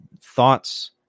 thoughts